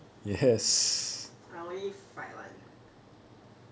I only eat fried [one]